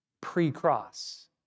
pre-cross